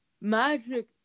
Magic